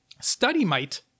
StudyMite